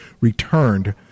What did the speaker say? returned